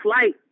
flight